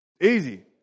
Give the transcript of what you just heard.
Easy